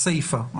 הסיפה.